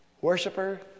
worshiper